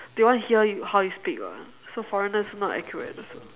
they want to hear you how you speak [what] so foreigners not accurate also